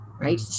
right